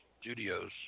Studios